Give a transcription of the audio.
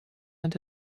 and